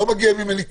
לא מגיע ממני כלום.